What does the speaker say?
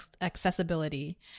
accessibility